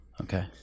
Okay